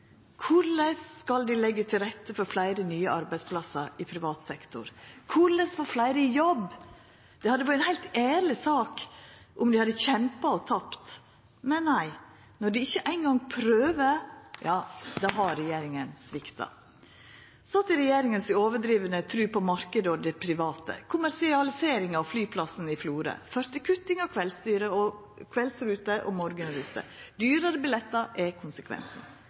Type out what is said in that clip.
Korleis skal dei leggja til rette for fleire nye arbeidsplassar i privat sektor? Korleis få fleire i jobb? Det hadde vore ei heilt ærleg sak om dei hadde kjempa og tapt. Men nei, når dei ikkje eingong prøver, ja då har regjeringa svikta. Så til regjeringa si overdrivne tru på marknaden og det private. Kommersialiseringa av flyplassen i Florø har ført til kutt i kveldsruter og morgonruter, og dyrare billettar er